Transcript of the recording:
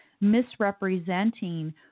misrepresenting